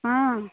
ହଁ